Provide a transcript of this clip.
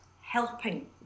helping